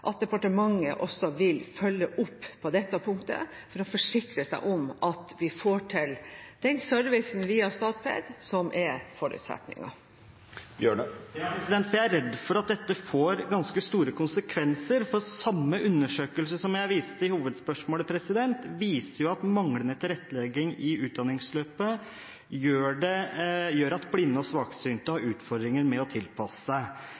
at departementet vil følge opp på dette punktet, for å forsikre seg om at vi får til den servicen via Statped som er forutsetningen. Jeg er redd for at dette får ganske store konsekvenser, for samme undersøkelse som jeg viste til i hovedspørsmålet, viste jo at manglende tilrettelegging i utdanningsløpet gjør at blinde og svaksynte har utfordringer med å tilpasse seg.